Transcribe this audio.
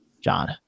John